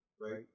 right